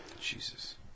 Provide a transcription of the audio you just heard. Jesus